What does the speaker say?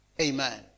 Amen